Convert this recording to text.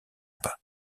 pas